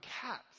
cats